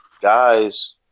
guys